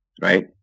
Right